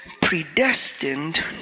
predestined